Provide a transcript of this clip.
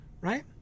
right